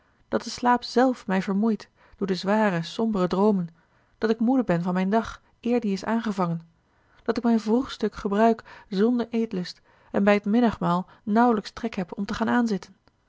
dat de slaap zelf mij vermoeit door de zware sombere droomen dat ik moede ben van mijn dag eer die is aangevangen dat ik mijn vroegstuk gebruik zonder eetlust en bij het middagmaal nauwelijks trek heb om te gaan aanzitten